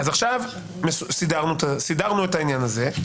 סידרנו את העניין הזה.